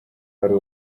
hari